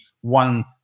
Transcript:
one